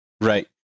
right